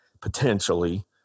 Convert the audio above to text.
potentially